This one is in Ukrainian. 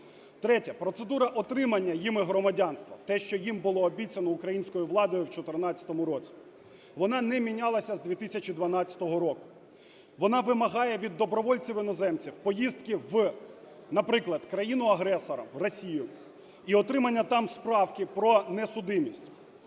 Третє. Процедура отримання ними громадянства – те, що їм було обіцяно українською владою в 2014 році – вона не мінялася з 2012 року. Вони вимагає від добровольців іноземців поїздки в, наприклад, в країну-агресора Росію і отримання там справки про несудимість.